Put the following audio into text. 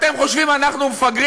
אתם חושבים שאנחנו מפגרים?